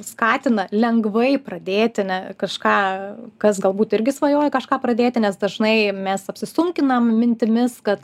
skatina lengvai pradėti ne kažką kas galbūt irgi svajoja kažką pradėti nes dažnai mes apsisunkinam mintimis kad